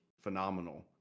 phenomenal